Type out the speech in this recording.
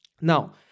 Now